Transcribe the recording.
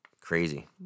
Crazy